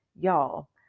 y'all